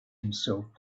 himself